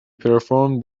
performed